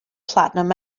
platinum